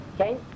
okay